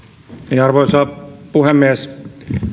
arvoisa puhemies